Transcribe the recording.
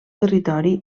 territori